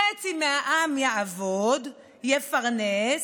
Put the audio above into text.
חצי מהעם יעבוד, יפרנס,